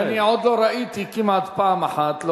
כיוון שאני עוד לא ראיתי אפילו פעם אחת,